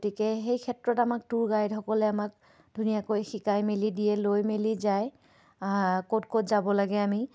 গতিকে সেই ক্ষেত্ৰত আমাক টুৰ গাইডসকলে আমাক ধুনীয়াকৈ শিকাই মেলি দিয়ে লৈ মেলি যায় ক'ত ক'ত যাব লাগে আমি